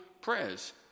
prayers